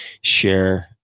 share